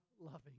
loving